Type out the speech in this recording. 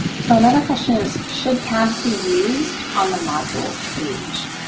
so another question is should tabs be used on the module page?